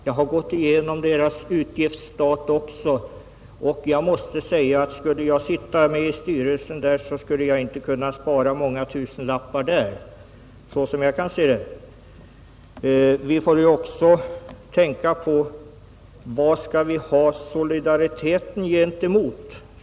Jag har gått igenom förbundets utgiftsstat och måste säga att skulle jag sitta med i styrelsen så skulle jag inte kunna hitta besparingsmöjligheter på så många tusenlappar. Vi får också betänka: Vad skall vår solidaritet omfatta?